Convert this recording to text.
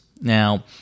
Now